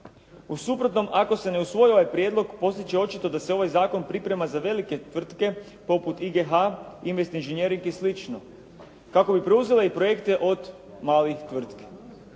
U suprotnom ako se ne usvoji ovaj prijedlog postat će očito da se ovaj zakon priprema za velike tvrtke, poput IGH-a "Invest inženjering" i sl. kako bi preuzele projekte od malih tvrtki.